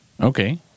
Okay